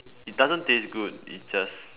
it doesn't taste good it just